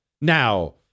Now